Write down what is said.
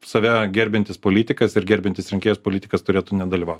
save gerbiantis politikas ir gerbiantis rinkėjas politikas turėtų nedalyvaut